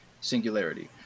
singularity